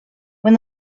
when